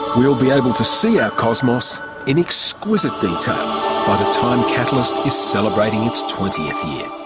will be able to see our cosmos in exquisite detail by the time catalyst is celebrating its twentieth year.